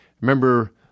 Remember